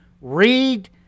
read